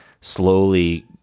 slowly